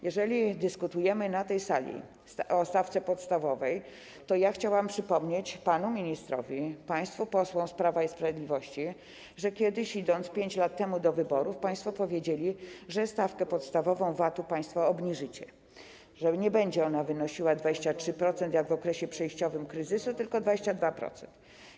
Jeżeli dyskutujemy na tej sali o stawce podstawowej, to chciałam przypomnieć panu ministrowi, państwu posłom z Prawa i Sprawiedliwości, że kiedyś, idąc 5 lat temu do wyborów, państwo powiedzieli, że obniżycie stawkę podstawową VAT-u, że nie będzie ona wynosiła 23%, jak w okresie przejściowym kryzysu, tylko 22%.